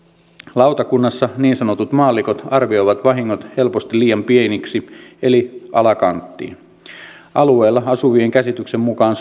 lautakunnassa niin sanotut maallikot arvioivat vahingot helposti liian pieniksi eli alakanttiin alueella asuvien käsityksen mukaan